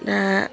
दा